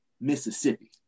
Mississippi